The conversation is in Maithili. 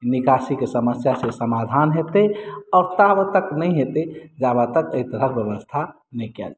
निकासीके समस्यासँ समाधान हेतै आओर ताबैत तक नहि हेतै जाबैत तक एहि तरहक व्यवस्था नहि कयल जेतै